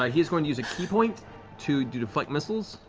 ah he is going to use a ki point to deflect missiles.